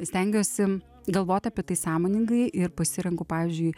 stengiuosi galvot apie tai sąmoningai ir pasirenku pavyzdžiui